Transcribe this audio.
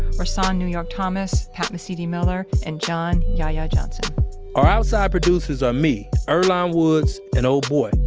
rahsaan new york thomas, pat mesiti-miller, and john yahya johnson our outside producers are me, earlonne woods and ol' boy,